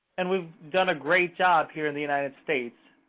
and we've done a great job here in the united states.